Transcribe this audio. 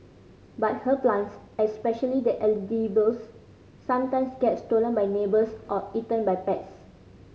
but her plants especially the edibles sometimes get stolen by neighbours or eaten by pests